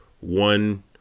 one